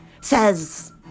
says